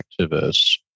activists